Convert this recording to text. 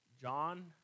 John